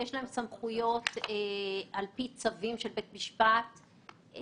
יש להם סמכויות על פי צו של בית משפט להיכנס